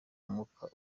umwuka